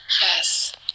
Yes